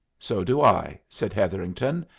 so do i, said hetherington,